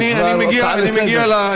זו כבר הצעה לסדר-היום.